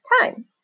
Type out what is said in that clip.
time